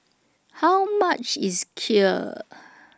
How much IS Kheer